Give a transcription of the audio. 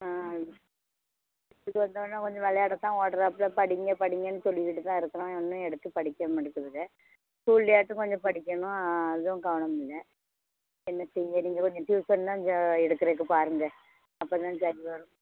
ஆ வீட்டுக்கு வந்தோன்னே கொஞ்சம் விளையாடத்தான் ஓடுறாப்புல படிங்கள் படிங்கனு சொல்லிக்கிட்டு தான் இருக்கிறோம் ஒன்றும் எடுத்து படிக்கவே மாட்டிங்கிதுங்க ஸ்கூல்லேயாச்சும் கொஞ்சம் படிக்கணும் அதுவும் காணுமுங்க என்ன செய்யுறிங்க டியுசன் தான் கொஞ்சம் எடுக்கிறதுக்கு பாருங்க அப்போதான் சரி வரும்